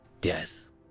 death